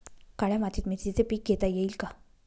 काळ्या मातीत मिरचीचे पीक घेता येईल का?